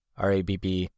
RABB